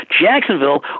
Jacksonville